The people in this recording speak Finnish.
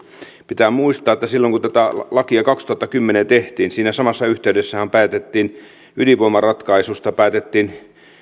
pitää muistaa että silloin kun tätä lakia kaksituhattakymmenen tehtiin siinä samassa yhteydessähän päätettiin ydinvoimaratkaisusta päätettiin